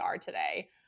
today